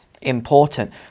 important